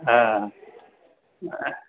हा ह